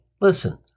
listen